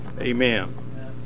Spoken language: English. amen